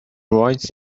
writes